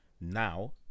now